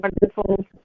wonderful